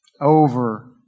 Over